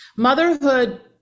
Motherhood